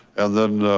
and then,